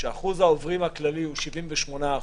שאחוז העוברים הכללי הוא 78%,